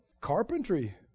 carpentry